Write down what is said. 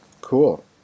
Cool